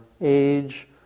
age